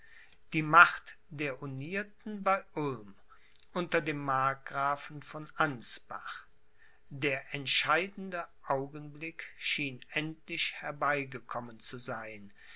die macht der unierten bei ulm unter dem markgrafen von ansbach der entscheidende augenblick schien endlich herbeigekommen zu sein